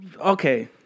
okay